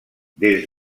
des